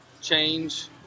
change